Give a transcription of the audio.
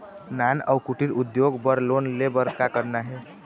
नान अउ कुटीर उद्योग बर लोन ले बर का करना हे?